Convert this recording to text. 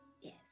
yes